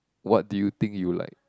what do you think you will like